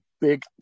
big